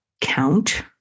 count